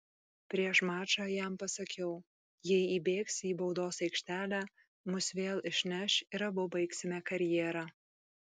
prieš mačą jam pasakiau jei įbėgsi į baudos aikštelę mus vėl išneš ir abu baigsime karjerą